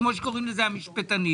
כפי שקוראים לזה המשפטנים.